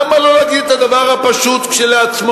למה לא להגיד את הדבר הפשוט כשלעצמו?